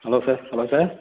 hello sir hello sir